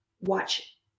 watch